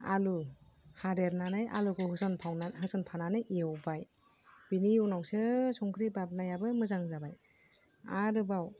आलु हादेरनानै आलुखौ होसनफानानै एवबाय बिनि उनावसो संख्रि बाबनायाबो मोजां जाबाय आरोबाव